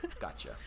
Gotcha